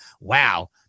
wow